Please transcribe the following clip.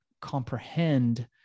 comprehend